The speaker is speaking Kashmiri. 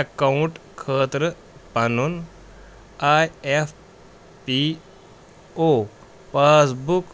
اَکاؤنٛٹ خٲطرٕ پَنُن A F P O pass book